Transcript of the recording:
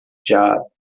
job